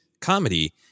comedy